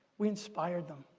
we inspired them.